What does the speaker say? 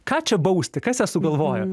ką čia bausti kas ją sugalvojo